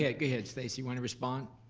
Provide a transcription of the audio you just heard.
yeah go ahead, stacey want to respond?